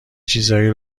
چیزایی